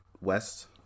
West